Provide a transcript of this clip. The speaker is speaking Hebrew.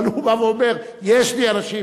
אבל הוא בא ואומר: יש לי אנשים,